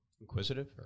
Inquisitive